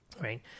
right